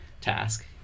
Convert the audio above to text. task